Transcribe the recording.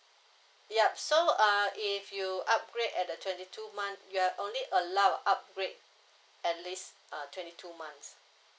ya so uh if you upgrade at the twenty two month you are only allowed upgrade at least uh twenty two months